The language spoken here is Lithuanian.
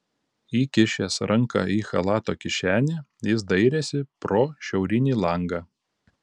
įkišęs ranką į chalato kišenę jis dairėsi pro šiaurinį langą